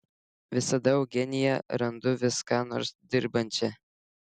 visada eugeniją randu vis ką nors dirbančią